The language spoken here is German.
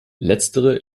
letztere